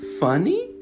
funny